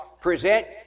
present